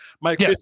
Mike